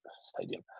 stadium